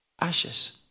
ashes